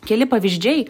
keli pavyzdžiai